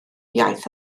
iaith